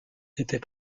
était